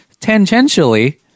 tangentially